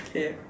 okay